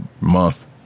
month